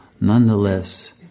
nonetheless